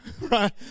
Right